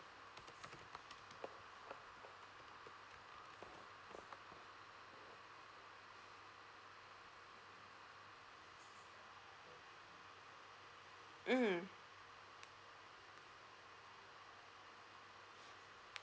mm